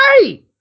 hey